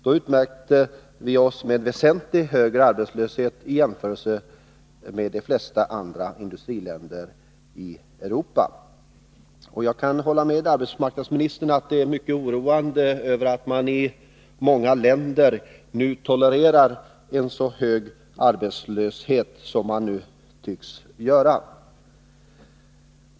Då utmärkte vi oss med en väsentligt högre arbetslöshet i jämförelse med de flesta andra industriländer i Europa. Jag håller med arbetsmarknadsministern om att det är mycket oroande att man i många industriländer nu tycks tolerera en så hög arbetslöshet.